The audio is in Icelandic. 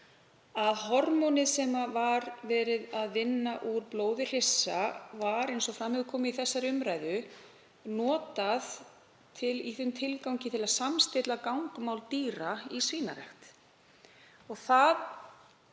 að hormónið sem verið var að vinna úr blóði hryssa var, eins og fram hefur komið í þessari umræðu, notað í þeim tilgangi til að samstilla gangmál dýra í svínarækt.